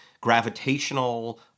gravitational